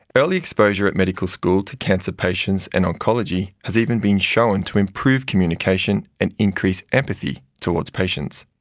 early exposure at medical school to cancer patients and oncology has even been shown to improve communication and increase empathy towards patients.